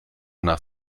nach